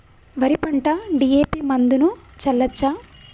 వరి పంట డి.ఎ.పి మందును చల్లచ్చా?